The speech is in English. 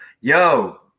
Yo